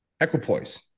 Equipoise